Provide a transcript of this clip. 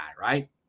right